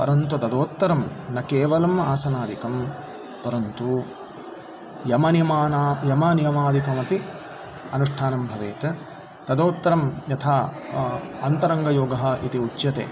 परन्तु तदुत्तरं न केवलम् आसनादिकं परन्तु यमनियमाना यमनियमादिकमपि अनुष्ठानं भवेत् तदुत्तरं यथा अन्तरङ्गयोगः इति उच्यते